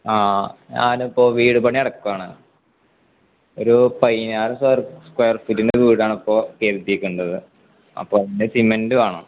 ആ ഞാനിപ്പോള് വീട് പണി നടക്കുകയാണ് ഒരു പതിനായിരം സ്ക്വയർ ഫീറ്റിൻ്റെ വീടാണിപ്പോള് അപ്പോള് അതിന് സിമെൻറ് വേണം